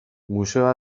museo